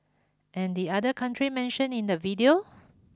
and the other country mentioned in the video